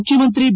ಮುಖ್ಯಮಂತ್ರಿ ಬಿ